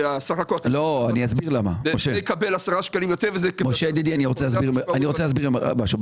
אני רוצה להסביר משהו.